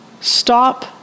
Stop